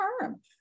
term